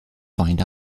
find